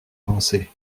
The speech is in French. pensé